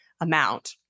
amount